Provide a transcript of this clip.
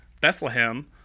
Bethlehem